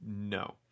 No